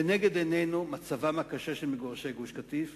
לנגד עינינו מצבם הקשה של מגורשי גוש-קטיף